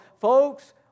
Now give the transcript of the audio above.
folks